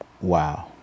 Wow